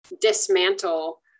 dismantle